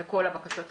על בקשות החריגים,